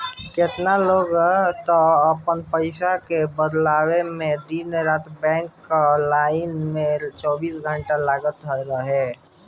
केतना लोग तअ अपनी पईसा के बदलवावे में दिन रात बैंक कअ लाइन में चौबीसों घंटा लागल रहे